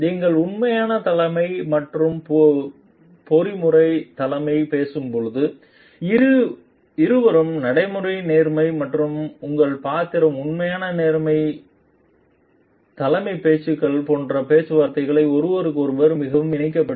நீங்கள் உண்மையான தலைமை மற்றும் நெறிமுறை தலைமை பேசும் போது இருவரும் நடைமுறைகள் நேர்மை மற்றும் உங்கள் பாத்திரம் உண்மையான நேர்மை உண்மையான தலைமை பேச்சுக்கள் போன்ற பேச்சுவார்த்தை ஒருவருக்கொருவர் மிகவும் இணைக்கப்பட்ட